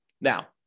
Now